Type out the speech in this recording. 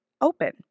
open